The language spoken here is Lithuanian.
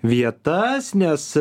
vietas nes